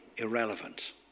Irrelevant